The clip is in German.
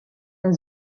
der